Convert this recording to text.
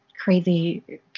crazy